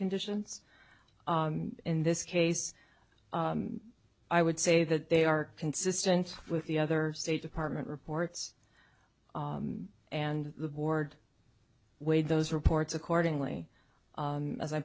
conditions in this case i would say that they are consistent with the other state department reports and the board weighed those reports accordingly and as i